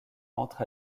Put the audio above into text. entre